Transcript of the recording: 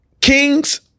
Kings